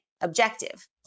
objective